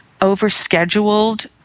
overscheduled